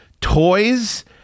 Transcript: toys